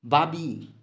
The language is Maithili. बाबी